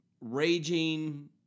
raging